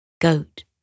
goat